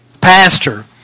Pastor